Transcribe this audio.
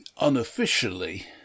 unofficially